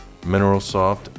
Mineralsoft